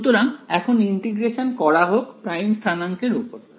সুতরাং এখন ইন্টিগ্রেশন করা হোক প্রাইম স্থানাঙ্কের উপর